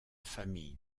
famille